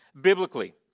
Biblically